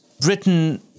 Britain